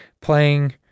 playing